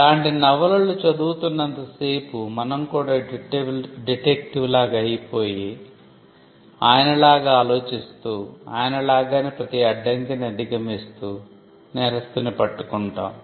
ఇలాంటి నవలలు చదువుతున్నంతసేపూ మనం కూడా డిటెక్టివ్ లాగా అయిపోయి ఆయన లాగా ఆలోచిస్తూ ఆయన లాగానే ప్రతి అడ్డంకిని అధిగమిస్తూ నేరస్థుని పట్టుకుంటాం